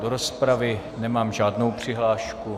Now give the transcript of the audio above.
Do rozpravy nemám žádnou přihlášku.